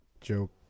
joke